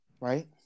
right